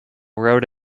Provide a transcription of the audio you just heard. wrote